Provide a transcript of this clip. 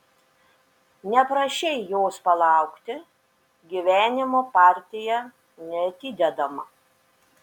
neprašei jos palaukti gyvenimo partija neatidedama